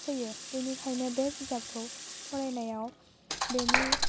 थैयो बेनिखायनो बे बिजाबखौ फरायनायाव बेनि